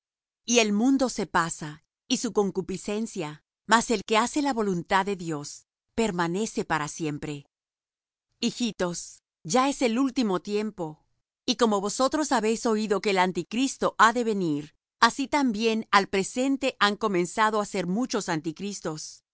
y el mundo se pasa y su concupiscencia mas el que hace la voluntad de dios permanece para siempre hijitos ya es el último tiempo y como vosotros habéis oído que el anticristo ha de venir así también al presente han comenzado á ser muchos anticristos